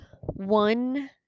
one